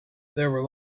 were